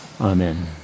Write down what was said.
Amen